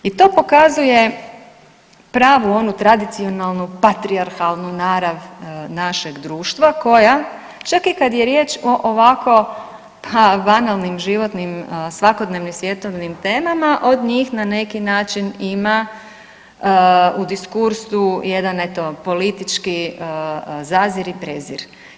I to pokazuje pravu onu tradicionalnu patrijarhalnu narav našeg društva koja čak i kada je riječ o ovako banalnim životnim svakodnevnim svjetovnim temama od njih na neki način ima u diskursu jedan eto politički zazir i prezir.